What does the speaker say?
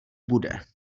bude